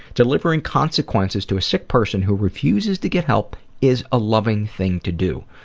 delivering consequences to a sick person who refuses to get help is a loving thing to do.